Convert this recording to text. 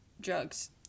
drugs